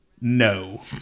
No